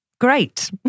Great